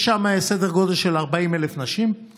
יש שם סדר גודל של 40,000 נשים,